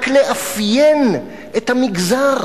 רק לאפיין את המגזר